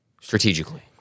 strategically